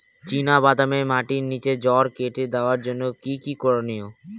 চিনা বাদামে মাটির নিচে জড় কেটে দেওয়ার জন্য কি কী করনীয়?